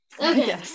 Okay